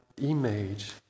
image